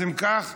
אם כך,